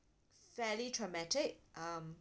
fairly traumatic um